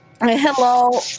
Hello